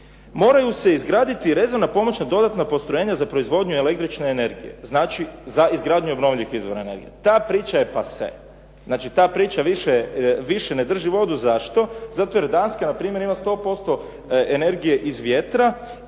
moraju se izgraditi rezervna pomoćna, dodatna postrojenja za proizvodnju električne energije. Znači za izgradnju obnovljivih izvora energije. Ta priča je pase. Znači, ta priča više ne drži vodu. Zašto? zato jer Danska npr. ima 100% energije iz vjetra